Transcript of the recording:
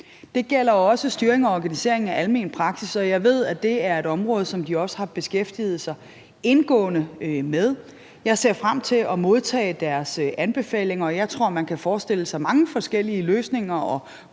Det gælder også styringen og organiseringen af almen praksis, og jeg ved, at det er et område, som de også har beskæftiget sig indgående med. Jeg ser frem til at modtage deres anbefalinger, og jeg tror, man kan forestille sig mange forskellige løsninger og